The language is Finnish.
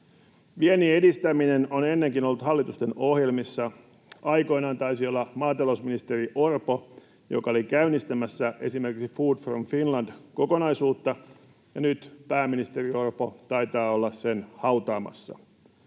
Viennin edistäminen on ennenkin ollut hallitusten ohjelmissa. Aikoinaan se taisi olla maatalousministeri Orpo, joka oli käynnistämässä esimerkiksi Food from Finland ‑kokonaisuutta, ja nyt pääministeri Orpo taitaa olla sen hautaamassa.